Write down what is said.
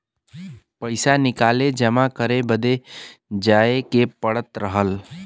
पइसा निकाले जमा करे बदे जाए के पड़त रहल